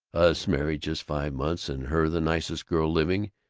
us married just five months, and her the nicest girl living,